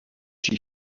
she